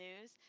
news